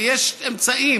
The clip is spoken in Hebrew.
ויש אמצעים,